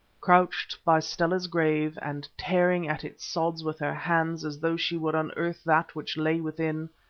crouched by stella's grave, and tearing at its sods with her hands, as though she would unearth that which lay within,